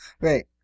Right